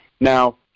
Now